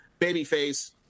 babyface